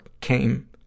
came